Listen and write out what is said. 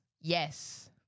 Yes